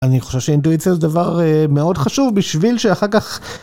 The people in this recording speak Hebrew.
אני חושב שאינטואיציה זה דבר מאוד חשוב בשביל שאחר כך.